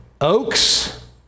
Oaks